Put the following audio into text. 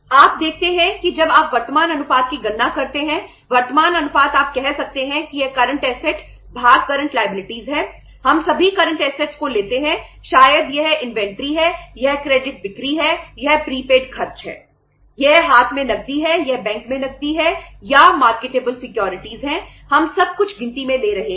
आप देखते हैं कि जब आप वर्तमान अनुपात की गणना करते हैं वर्तमान अनुपात आप कह सकते हैं कि यह करंट असेट्स में लेते हैं